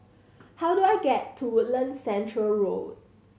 how do I get to Woodlands Centre Road